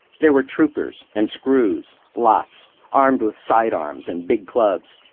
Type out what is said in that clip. there were troopers. and screws. lots. armed with side arms, and big clubs.